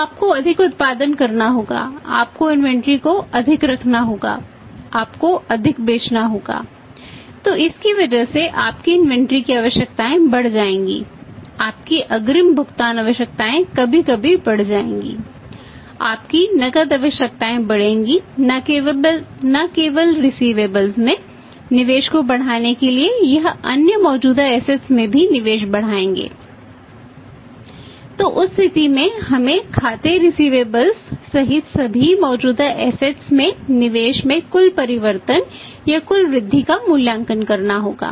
तो आपको अधिक उत्पादन करना होगा आपको इन्वेंट्री में निवेश में कुल परिवर्तन या कुल वृद्धि का मूल्यांकन करना होगा